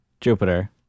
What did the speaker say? Jupiter